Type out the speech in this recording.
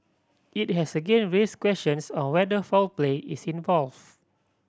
it has again raised questions on whether foul play is involved